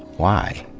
why?